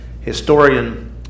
Historian